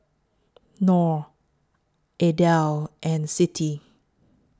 Nor Aidil and Siti